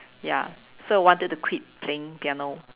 ya so I wanted to quit playing piano